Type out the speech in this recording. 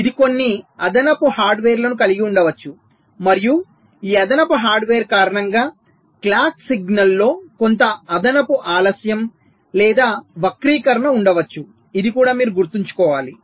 ఇది కొన్ని అదనపు హార్డ్వేర్లను కలిగి ఉండవచ్చు మరియు ఈ అదనపు హార్డ్వేర్ కారణంగా క్లాక్ సిగ్నల్లో కొంత అదనపు ఆలస్యం లేదా వక్రీకరణ ఉండవచ్చు ఇది కూడా మీరు గుర్తుంచుకోవాలి